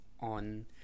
on